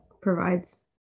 provides